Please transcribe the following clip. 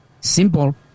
simple